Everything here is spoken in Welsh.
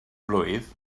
blwydd